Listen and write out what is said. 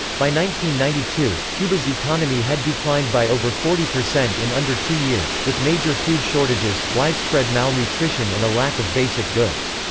ninety ninety two, cuba's economy had declined by over forty percent in under two years, with major food shortages, widespread malnutrition and a lack of basic goods.